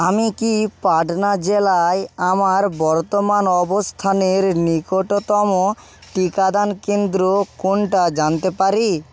আমি কি পাটনা জেলায় আমার বর্তমান অবস্থানের নিকটতম টিকাদান কেন্দ্র কোনটা জানতে পারি